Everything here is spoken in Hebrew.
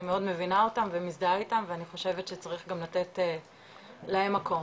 מאוד מבינה אותם ומזדהה איתם ואני חושבת שצריך גם לתת להם מקום.